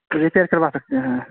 repair کروا سکتے ہیں